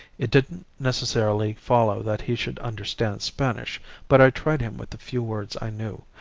it didn't necessarily follow that he should understand spanish but i tried him with the few words i know,